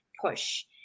push